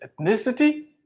ethnicity